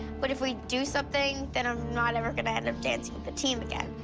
but if we do something, then i'm not ever going to end up dancing with the team again.